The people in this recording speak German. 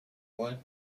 volt